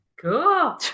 Cool